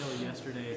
yesterday